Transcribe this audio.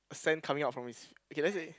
sand coming up from his okay let's say